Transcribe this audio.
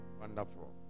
Wonderful